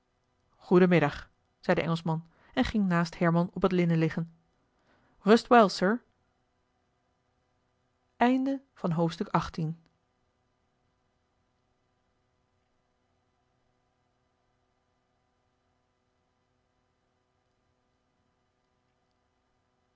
middag zei de engelschman en ging naast herman op het linnen liggen rust wel sir